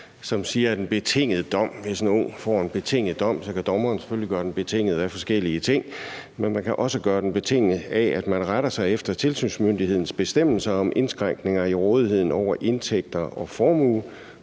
som siger, at hvis nogen får en betinget dom, så kan dommeren selvfølgelig gøre den betinget af forskellige ting, men man kan også gøre den betinget af, at den dømte retter sig efter tilsynsmyndighedens bestemmelser om indskrænkninger i rådigheden over indtægter og formue